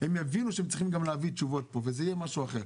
הם יבינו שהם צריכים גם להביא תשובות וזה יהיה משהו אחר.